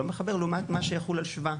הוא לא מחבר לעומת מה שיחול על שבא,